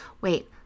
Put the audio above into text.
wait